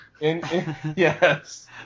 Yes